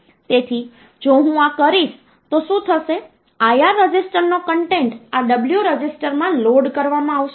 તેથી આ 40 છે આ પણ 1 છે આ 0 છે આ 1 છે